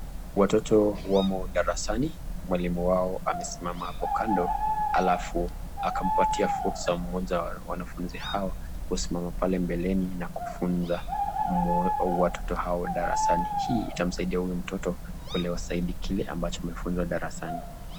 Watoto wamo darasani mwalimu wao amesimama hapo kando halafu akampatia fursa mmoja wa wanafunzi hao kusimama pale mbeleni na kufunza watoto hao darasani. Hii itamsaidia huyu mtoto kuelewa zaidi kile ambacho walifunzwa darasani.